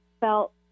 felt